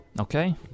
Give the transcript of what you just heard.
Okay